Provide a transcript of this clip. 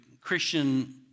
Christian